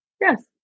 Yes